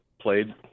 played